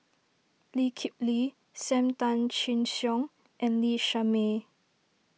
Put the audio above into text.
Lee Kip Lee Sam Tan Chin Siong and Lee Shermay